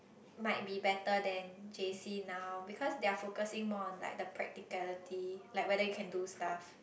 might be better than J_C now because they're focusing more on like the practicality like whether you can do stuff